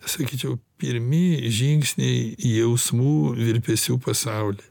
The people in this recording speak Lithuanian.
sakyčiau pirmi žingsniai jausmų virpesių pasauly